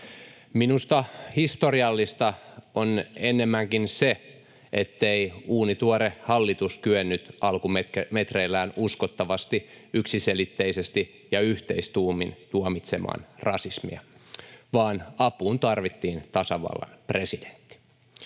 Minusta historiallista on enemmänkin se, ettei uunituore hallitus kyennyt alkumetreillään uskottavasti, yksiselitteisesti ja yhteistuumin tuomitsemaan rasismia, vaan apuun tarvittiin tasavallan presidentti.